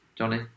Johnny